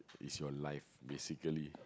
its your life basically